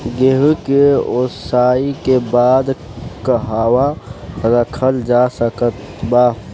गेहूँ के ओसाई के बाद कहवा रखल जा सकत बा?